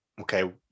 okay